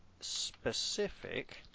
specific